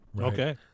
Okay